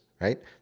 right